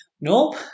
Nope